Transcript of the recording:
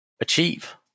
achieve